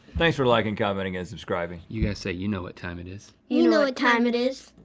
thanks for liking, commenting, and subscribing. you guys say you know what time it is. you you know what time it is!